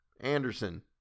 Anderson